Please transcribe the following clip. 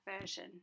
version